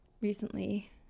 recently